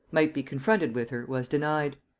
might be confronted with her, was denied.